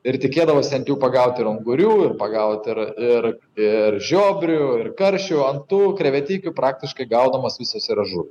ir tikėdavosi ant jų pagauti ir ungurių ir pagauti ir ir ir žiobrių ir karšių ant tų krevetikių praktiškai gaudamos visos yra žuvys